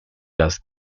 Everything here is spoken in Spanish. las